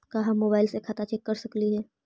का हम मोबाईल से खाता चेक कर सकली हे?